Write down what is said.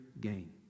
gain